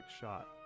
shot